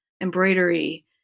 embroidery